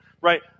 right